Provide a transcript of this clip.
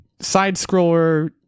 side-scroller